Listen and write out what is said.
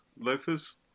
Loafers